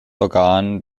organ